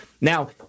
Now